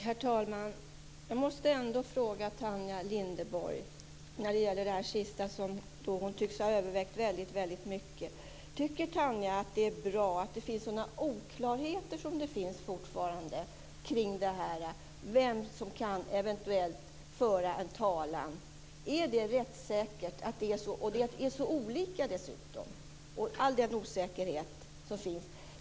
Herr talman! Jag måste ändå ställa en fråga till Tanja Linderborg. Hon tycks ha övervägt den sista frågan väldigt mycket. Tycker Tanja Linderborg att det är bra att det fortfarande finns så många oklarheter kring vem som kan föra talan? Är det rättssäkert? Det är dessutom så olika i olika fall. Det finns en stor osäkerhet.